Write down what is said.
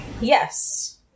Yes